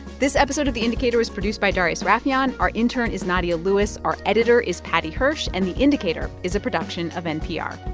this episode of the indicator was produced by darius rafieyan. our intern is nadia lewis. our editor is paddy hirsch. and the indicator is a production of npr